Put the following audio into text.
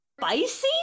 Spicy